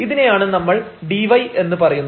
ഇതിനെയാണ് നമ്മൾ dy എന്ന് പറയുന്നത്